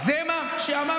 זה מה שאמרת.